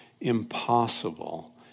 impossible